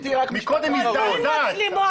קודם הזדעזעת,